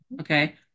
Okay